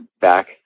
back